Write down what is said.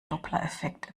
dopplereffekt